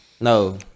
No